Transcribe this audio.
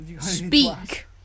Speak